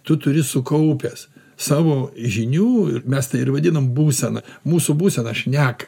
tu turi sukaupęs savo žinių ir mes tai ir vadinam būsena mūsų būsena šneka